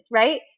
right